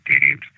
games